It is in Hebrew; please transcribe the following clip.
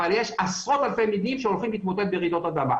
אבל יש עשרות אלפי מבנים שהולכים להתמוטט ברעידות אדמה.